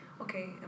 okay